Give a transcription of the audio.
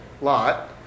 Lot